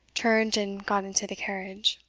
turned and got into the carriage.